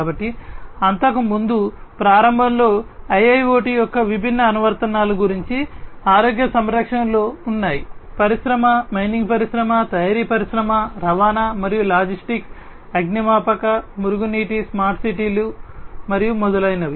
కాబట్టి అంతకుముందు ప్రారంభంలో IIoT యొక్క విభిన్న అనువర్తనాల గురించి ఆరోగ్య సంరక్షణలో ఉన్నాయి పరిశ్రమ మైనింగ్ పరిశ్రమ తయారీ పరిశ్రమ రవాణా మరియు లాజిస్టిక్స్ అగ్నిమాపక మురుగునీటి స్మార్ట్ సిటీలు మరియు మొదలైనవి